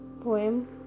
poem